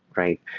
right?